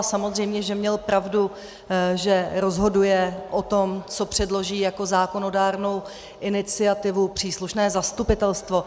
Samozřejmě že měl pravdu, že rozhoduje o tom, co předloží jako zákonodárnou iniciativu, příslušné zastupitelstvo.